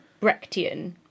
Brechtian